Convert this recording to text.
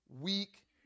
weak